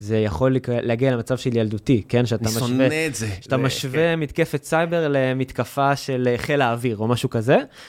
זה יכול להגיע למצב של ילדותי, שאתה משווה מתקפת סייבר למתקפה של חיל האוויר או משהו כזה.